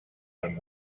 than